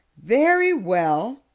very well.